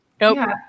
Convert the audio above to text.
nope